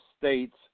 states